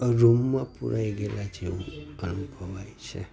રૂમમાં પુરાઈ ગયેલા જેવું અનુભવાય છે